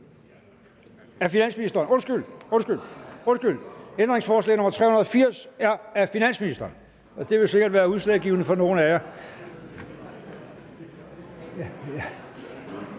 Venstre ... undskyld, ændringsforslaget er af finansministeren, og det vil sikkert være udslagsgivende for nogle af jer.